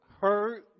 heard